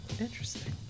Interesting